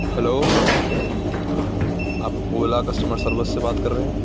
hello آپ Ola customer service سے بات کر رہے ہیں